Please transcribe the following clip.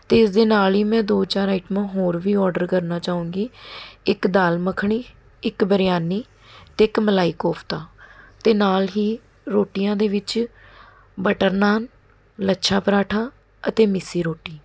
ਅਤੇ ਇਸ ਦੇ ਨਾਲ਼ ਈ ਮੈਂ ਦੋ ਚਾਰ ਆਈਟਮਾਂ ਹੋਰ ਵੀ ਔਡਰ ਕਰਨਾ ਚਾਹੂੰਗੀ ਇੱਕ ਦਾਲ ਮੱਖਣੀ ਇੱਕ ਬਰਿਆਨੀ ਅਤੇ ਇੱਕ ਮਲਾਈ ਕੋਫਤਾ ਅਤੇ ਨਾਲ਼ ਹੀ ਰੋਟੀਆਂ ਦੇ ਵਿੱਚ ਬਟਰ ਨਾਨ ਲੱਛਾ ਪਰਾਂਠਾ ਅਤੇ ਮਿੱਸੀ ਰੋਟੀ